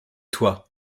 toi